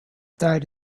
died